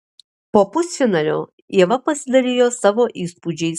po pusfinalio ieva pasidalijo savo įspūdžiais